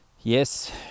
Yes